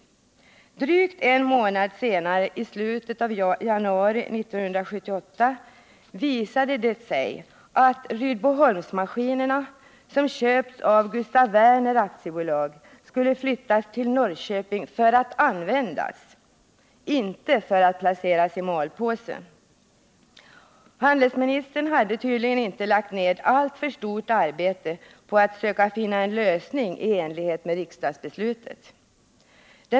Drygt en månad senare, i slutet av januari 1978, visade det sig att Rydboholmsmaski användas, inte för att placeras i malpåse. É Handelsministern hade tydligen inte lagt ned alltför stort ärbete på att söka finna en lösning i i enlighet med riksdagsbeslutet.